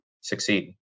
succeed